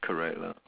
correct lah